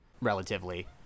Relatively